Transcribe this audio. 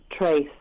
trace